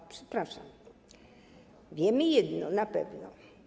O przepraszam, wiemy jedno na pewno.